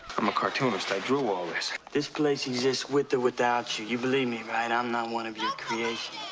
i'm a cartoonist, i drew all this. frank this place exists with or without you. you believe me, right? i'm not one of your creations.